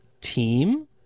team